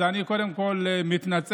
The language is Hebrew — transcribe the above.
אז אני קודם כול מתנצל.